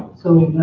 so